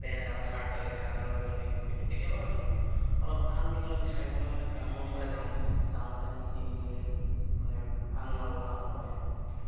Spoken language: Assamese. পেন এটা বা শ্ৱাৰ্ট এটা লাগিলে আজাদৰ দোকানতে কিনো কিন্তু কেতিয়াবা ধৰক অলপ ভাল কিবা এটা বিচাৰিবলৈ হ'লে টাউনৰ ফালে যাওঁগৈ টাউনতে আমি কিনি মেলি মানে আনো আৰু টাউনৰ পৰাই